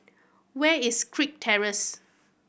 where is Kirk Terrace